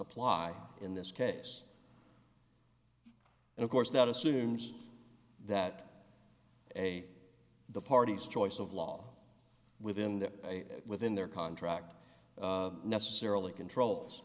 apply in this case and of course that assumes that a the party's choice of law within that within their contract necessarily controls